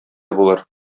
булыр